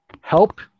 help